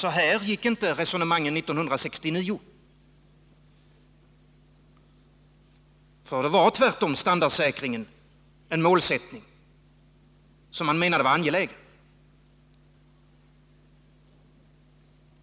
Så här gick inte resonemangen 1969 — då var tvärtom standardsäkringen en målsättning som man menade var angelägen.